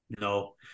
No